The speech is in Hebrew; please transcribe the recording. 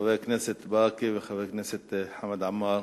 חבר הכנסת ברכה וחבר הכנסת עמאר,